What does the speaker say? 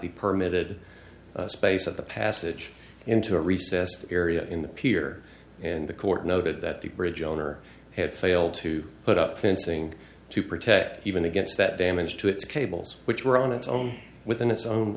the permit it space at the passage into a recess area in the pier and the court noted that the bridge owner had failed to put up fencing to protect even against that damage to its cables which were on its own within its